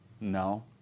No